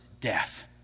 death